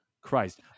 Christ